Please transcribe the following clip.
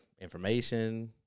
information